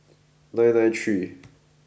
nine nine three